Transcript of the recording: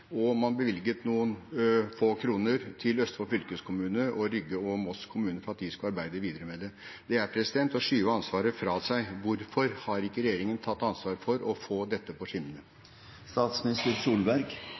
og man bevilget noen få kroner til Østfold fylkeskommune og Rygge og Moss kommuner for at de skulle arbeide videre med det. Det er å skyve ansvaret fra seg. Hvorfor har ikke regjeringen tatt ansvar for å få dette på